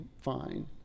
fine